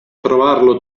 trovarlo